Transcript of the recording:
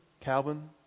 Calvin